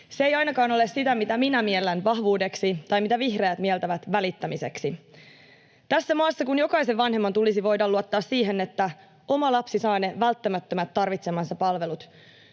Se ei ainakaan ole sitä, mitä minä miellän vahvuudeksi tai mitä vihreät mieltävät välittämiseksi — tässä maassa kun jokaisen vanhemman tulisi voida luottaa siihen, että oma lapsi saa ne välttämättömät tarvitsemansa palvelut.